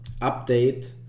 update